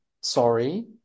sorry